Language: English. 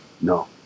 no